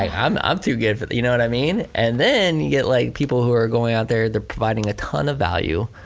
i'm i'm too good for that. you know and i mean and then you get like people who are going out there, they're providing a ton of value,